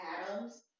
Adams